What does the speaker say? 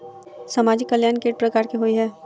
सामाजिक कल्याण केट प्रकार केँ होइ है?